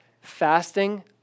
Fasting